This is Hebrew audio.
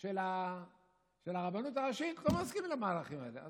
של הרבנות הראשית לא מסכימים למהלכים האלה.